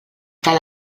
tal